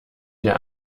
der